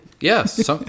yes